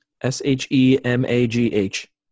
S-H-E-M-A-G-H